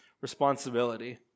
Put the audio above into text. responsibility